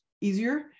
easier